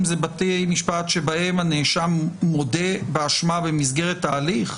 הם בתי משפט בהם הנאשם מודה באשמה במסגרת ההליך?